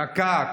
דקה.